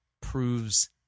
proves